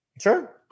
Sure